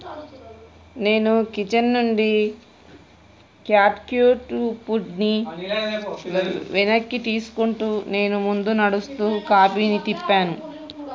నేను కిచెన్ నుండి cat cute ఫుడ్ని వెనక్కి తీసుకుంటూ నేను ముందు నడుస్తూ కాఫీని తిప్పాను